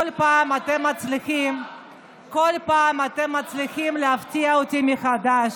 כל פעם אתם מצליחים להפתיע אותי מחדש,